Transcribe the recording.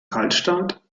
kaltstart